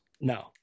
No